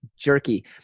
jerky